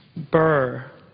burr,